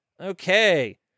Okay